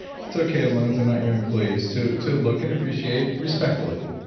it's okay as long as they're not your employees to to look and appreciate respectfully.